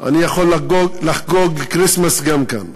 אני יכול לחגוג כריסטמס גם כאן.